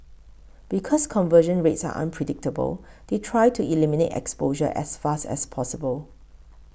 because conversion rates are unpredictable they try to eliminate exposure as fast as possible